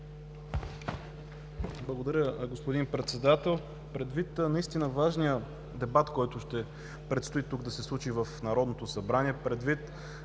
Благодаря, господин Председател. Предвид важния дебат, който предстои да се случи в Народното събрание,